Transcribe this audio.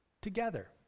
together